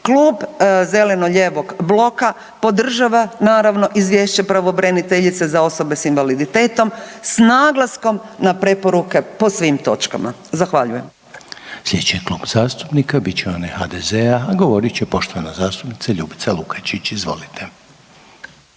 Klub zeleno-lijevog bloka podržava naravno izvješće pravobraniteljice za osobe s invaliditetom s naglaskom na preporuke po svim točkama. Zahvaljujem. **Reiner, Željko (HDZ)** Slijedeći Klub zastupnika bit će onaj HDZ-a, a govorit će poštovana zastupnica Ljubica Lukačić. Izvolite.